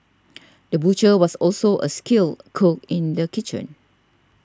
the butcher was also a skilled cook in the kitchen